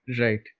right